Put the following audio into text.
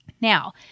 Now